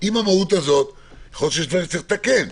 יכול להיות שיש דברים לתקן.